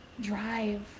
drive